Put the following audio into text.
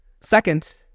Second